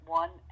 one